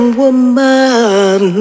woman